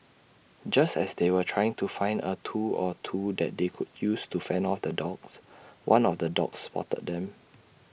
just as they were trying to find A tool or two that they could use to fend off the dogs one of the dogs spotted them